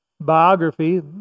biography